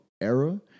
era